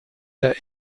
der